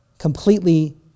completely